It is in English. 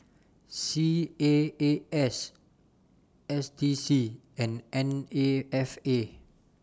C A A S S D C and N A F A